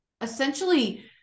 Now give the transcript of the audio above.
essentially